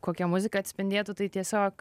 kokia muzika atspindėtų tai tiesiog